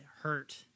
hurt